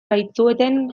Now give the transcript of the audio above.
baitzuten